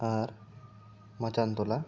ᱟᱨ ᱢᱟᱪᱟᱱ ᱴᱚᱞᱟ